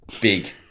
Big